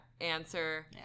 answer